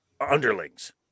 underlings